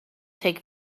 take